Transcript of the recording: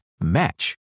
match